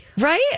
Right